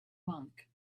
monk